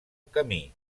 camí